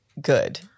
good